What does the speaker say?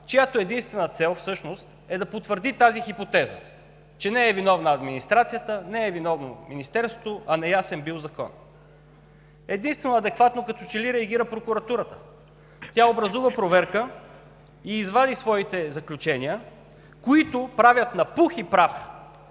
чиято единствена цел всъщност е да потвърди тази хипотеза, че не е виновна администрацията, не е виновно Министерството, а неясен бил Законът. Единствено адекватно като че ли реагира Прокуратурата. Тя образува проверка и извади своите заключения, които правят на пух и прах